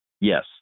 Yes